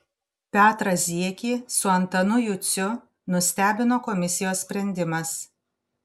petrą ziekį su antanu juciu nustebino komisijos sprendimas